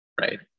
Right